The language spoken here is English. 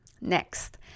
Next